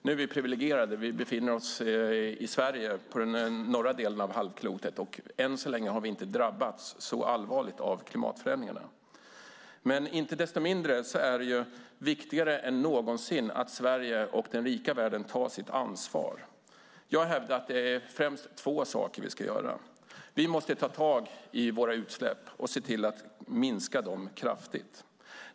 Nu är vi privilegierade och befinner oss i Sverige, på den norra delen av halvklotet, och än så länge har vi inte drabbats så allvarligt av klimatförändringarna. Inte desto mindre är det viktigare än någonsin att Sverige och den rika världen tar sitt ansvar. Jag hävdar att det är främst två saker vi ska göra. Vi måste ta tag i våra utsläpp och se till att minska dem kraftigt.